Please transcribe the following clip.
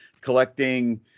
collecting